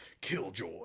Killjoy